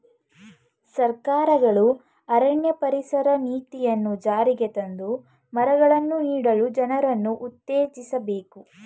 ಸರ್ಕಾರಗಳು ಅರಣ್ಯ ಪರಿಸರ ನೀತಿಯನ್ನು ಜಾರಿಗೆ ತಂದು ಮರಗಳನ್ನು ನೀಡಲು ಜನರನ್ನು ಉತ್ತೇಜಿಸಬೇಕು